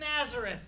Nazareth